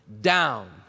down